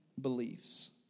beliefs